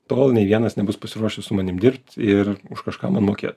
tol nei vienas nebus pasiruošęs su manim dirbt ir už kažką man mokėt